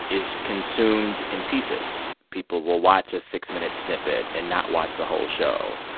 is consumed in pieces. people will watch a six-minute snippet and not watch the whole show.